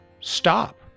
stop